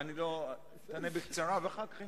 ואחר כך,